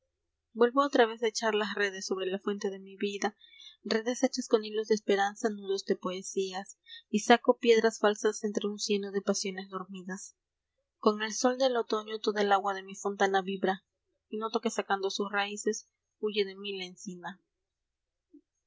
vuelvo otra vez a echar las redes sobre la fuente de mi vida redes hechas con hilos de esperanza nudos de poesía saco piedras falsas entre un cieno de pasiones dormidas con el sol del otoño toda el agua mi fontana vibra noto que sacando sus raíces uye de mí la encina